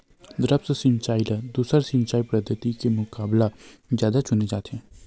द्रप्स सिंचाई ला दूसर सिंचाई पद्धिति के मुकाबला जादा चुने जाथे